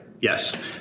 Yes